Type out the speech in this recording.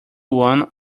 one